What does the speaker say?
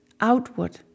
outward